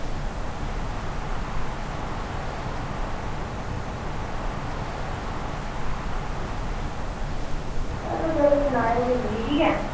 तौले तौले सनायो भी मिगी ठीक ऐ